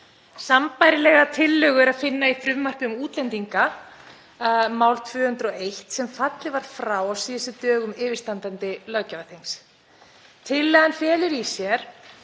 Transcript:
Sambærilega tillögu er að finna í frumvarpi um útlendinga, máli 201, sem fallið var frá á síðustu dögum yfirstandandi löggjafarþings. Tillagan felur í sér